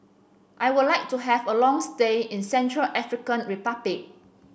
I would like to have a long stay in Central African Republic